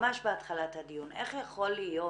ממש בהתחלת הדיון: איך יכול להיות